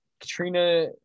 Katrina